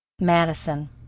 Madison